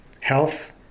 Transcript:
health